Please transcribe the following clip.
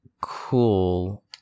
cool